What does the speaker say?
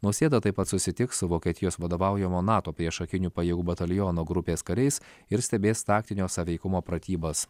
nausėda taip pat susitiks su vokietijos vadovaujamo nato priešakinių pajėgų bataliono grupės kariais ir stebės taktinio sąveikumo pratybas